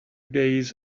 days